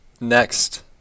Next